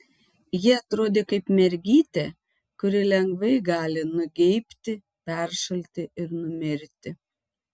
ji atrodė kaip mergytė kuri lengvai gali nugeibti peršalti ir numirti